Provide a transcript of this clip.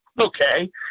Okay